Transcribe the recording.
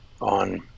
on